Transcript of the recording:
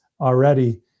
already